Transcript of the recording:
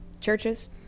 churches